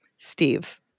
Steve